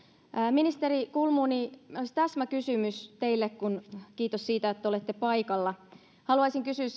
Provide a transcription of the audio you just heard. ministeri kulmuni täsmäkysymys teille kiitos siitä että olette paikalla haluaisin kysyä